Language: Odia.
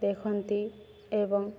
ଦେଖନ୍ତି ଏବଂ